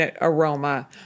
aroma